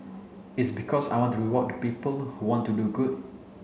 it's because I want to reward the people who want to do good